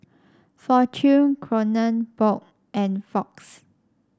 Fortune Kronenbourg and Fox